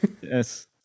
Yes